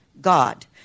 God